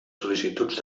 sol·licituds